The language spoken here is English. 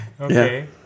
Okay